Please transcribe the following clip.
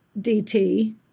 DT